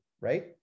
right